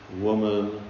woman